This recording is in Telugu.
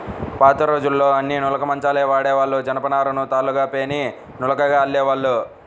పాతరోజుల్లో అన్నీ నులక మంచాలే వాడేవాళ్ళు, జనపనారను తాళ్ళుగా పేని నులకగా అల్లేవాళ్ళు